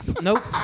Nope